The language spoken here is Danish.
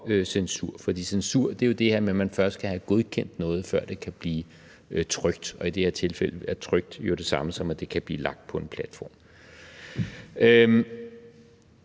censur. Censur er jo det her med, at man først skal have godkendt noget, før det kan blive trykt – og i det her tilfælde er »trykt« jo det samme, som at det kan blive lagt på en platform. Men